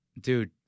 Dude